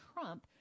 Trump